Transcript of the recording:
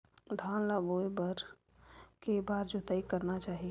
धान ल बोए बर के बार जोताई करना चाही?